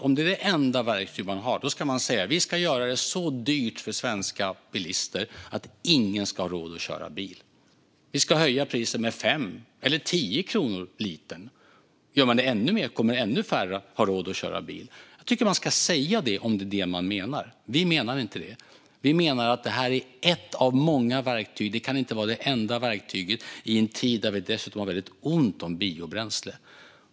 Om det är det enda verktyg man har ska man säga: Vi ska göra det så dyrt för svenska bilister att ingen ska ha råd att köra bil och höjer priset med 5 eller 10 kronor per liter. Om man gör det ännu mer kommer ännu färre att ha råd att köra bil. Om det är det man menar tycker jag att man ska säga det. Vi menar inte det. Vi menar att det är ett av många verktyg. Det kan inte vara det enda verktyget i en tid då vi dessutom har väldigt ont om biobränsle.